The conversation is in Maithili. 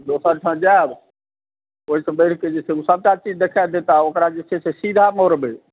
दोसर ठाम जाएब ओहिसे बढ़िकऽजे छै से सभटा चीज देखाएत आ ओकराजे चाही से सीधा मोड़बै